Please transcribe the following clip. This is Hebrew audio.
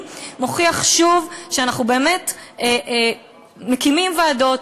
מוכיחה שוב שאנחנו באמת מקימים ועדות,